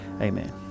Amen